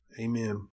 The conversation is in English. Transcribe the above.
Amen